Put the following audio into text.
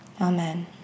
Amen